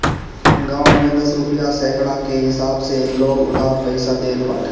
गांव में दस रुपिया सैकड़ा कअ हिसाब से लोग उधार पईसा देत बाटे